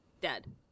dead